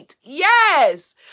Yes